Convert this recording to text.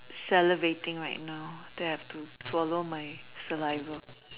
celebrating now don't have to swallow my saliva